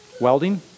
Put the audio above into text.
welding